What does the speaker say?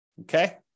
Okay